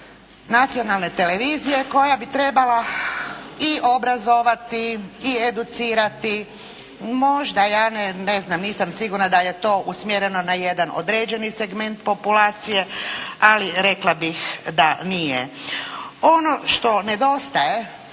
Nacionalne televizije koja bi trebala i obrazovati i educirati. Možda, ja ne znam, nisam sigurna da je to usmjereno na jedan određeni segment populacije, ali rekla bih da nije. Ono što nedostaje